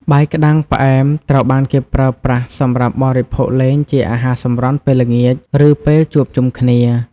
បាយក្ដាំងផ្អែមត្រូវបានគេប្រើប្រាស់សម្រាប់បរិភោគលេងជាអាហារសម្រន់ពេលល្ងាច ឬពេលជួបជុំគ្នា។